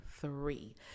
three